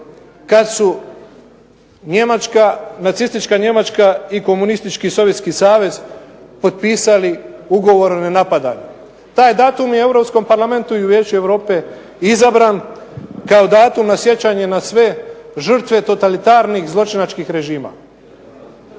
nacistička Njemačka i komunistički Sovjetski savez potpisali Ugovor o nenapadanju. Taj datum je i u Europskom parlamentu i Vijeću Europe izabran kao datum na sjećanje na sve žrtve totalitarnih zločinačkih režima.